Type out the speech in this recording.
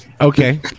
okay